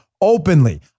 openly